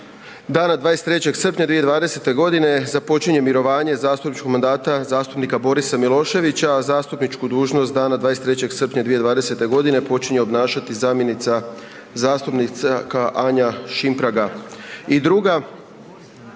Dana 23. srpnja 2020. godine započinje mirovanje zastupničkog mandata zastupnika Borisa Miloševića, a zastupničku dužnost dana 23. srpnja 2020. godine počinje obnašati zamjenica zastupnika Anja Šimpraga. I druga,